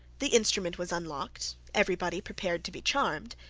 the instrument was unlocked, every body prepared to be charmed,